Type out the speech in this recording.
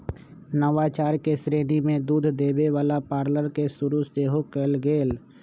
नवाचार के श्रेणी में दूध देबे वला पार्लर के शुरु सेहो कएल गेल